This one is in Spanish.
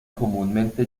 comúnmente